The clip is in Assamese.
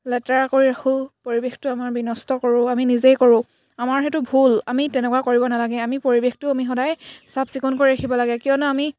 লেতেৰা কৰি ৰাখোঁ পৰিৱেশটো আমাৰ বিনষ্ট কৰোঁ আমি নিজেই কৰোঁ আমাৰ সেইটো ভুল আমি তেনেকুৱা কৰিব নালাগে আমি পৰিৱেশটো আমি সদায় চাফ চিকুণ কৰি ৰাখিব লাগে কিয়নো আমি